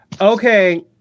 Okay